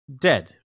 dead